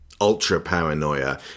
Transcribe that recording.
ultra-paranoia